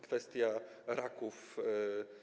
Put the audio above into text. Kwestia raków.